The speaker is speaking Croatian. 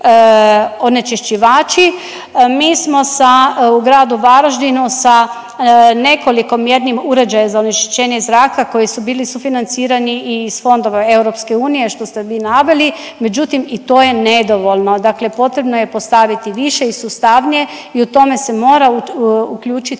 onečišćivači. Mi smo sa u gradu Varaždinu sa nekoliko mjernih uređaja za onečišćenje zraka koji su bili sufinancirani iz fondova EU što ste vi naveli, međutim i to je nedovoljno. Dakle, potrebno postaviti više i sustavnije i u tome se mora uključiti